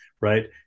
right